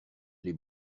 les